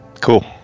Cool